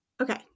Okay